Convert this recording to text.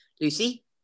Lucy